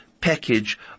package